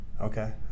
Okay